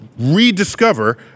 Rediscover